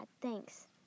thanks